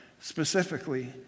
Specifically